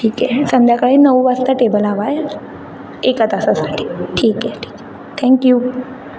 ठीक आहे संध्याकाळी नऊ वाजता टेबल हवा आहे एका तासासाठी ठीक आहे ठीक थँक यू